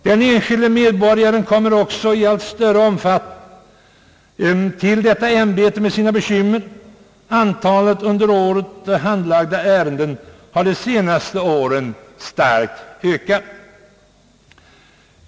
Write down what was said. Den enskilde medborgaren kommer också i allt större omfattning till JO-ämbetet med sina bekymmer. Antalet under året handlagda ärenden har under de senaste åren starkt ökat.